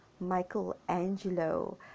Michelangelo